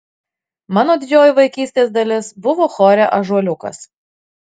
mano didžioji vaikystės dalis buvo chore ąžuoliukas